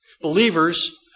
Believers